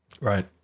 Right